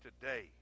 today